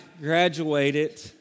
graduated